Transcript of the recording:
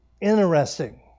Interesting